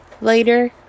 later